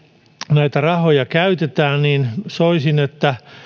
näitä rahoja käytetään niin soisin että